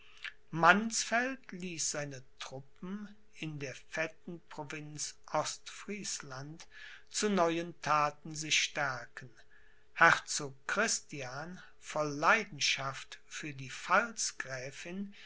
mannsfeld ließ seine truppen in der fetten provinz ostfriesland zu neuen thaten sich stärken herzog christian voll leidenschaft für die